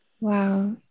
wow